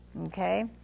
Okay